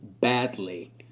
badly